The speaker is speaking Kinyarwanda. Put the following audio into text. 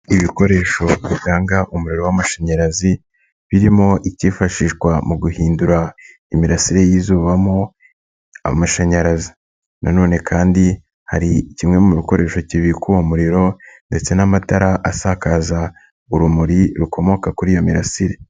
Ibikoresho bitanga umuriro w'amashanyarazi birimo icyifashishwa mu guhindura imirasire y'izubamo amashanyarazi, na none kandi hari kimwe mu bikoresho kibikwa uwo muriro ndetse n'amatara asakaza urumuri rukomoka kuri iyo mirasire.